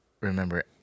remember